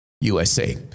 USA